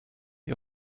die